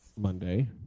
Monday